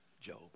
Job